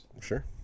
sure